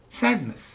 sadness